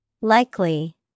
Likely